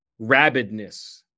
rabidness